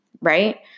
right